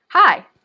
Hi